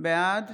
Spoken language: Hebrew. בעד